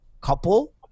couple